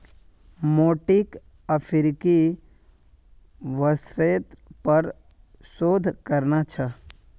मोंटीक अफ्रीकी वृक्षेर पर शोध करना छ